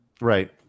right